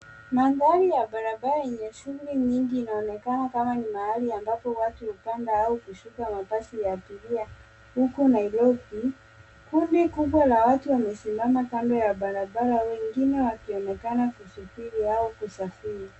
Mandhari ya barabara yenye shughuli nyingi inaonekana kama ni mahali ambapo watu hupanda au kushuka basi la abiria huku Nairobi. Kundi kubwa la watu wamesimama kando ya barabara wengine wakionekana kusubiri au kusafiri.